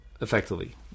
effectively